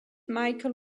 michael